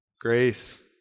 Grace